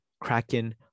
Kraken